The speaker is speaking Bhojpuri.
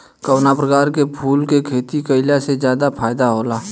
कवना प्रकार के फूल के खेती कइला से ज्यादा फायदा होला?